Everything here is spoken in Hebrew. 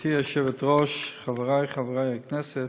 גברתי היושבת-ראש, חברי חברי הכנסת,